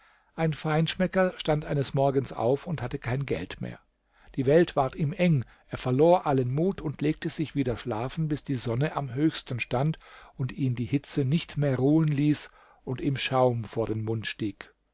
ein feinschmecker stand eines morgens auf und hatte kein geld mehr die welt ward ihm eng er verlor allen mut und legte sich wieder schlafen bis die sonne am höchsten stand und ihn die hitze nicht mehr ruhen ließ und ihm schaum vor den mund stieg